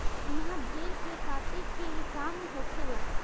इहा भेड़ के काटे के काम होखेला